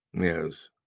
Yes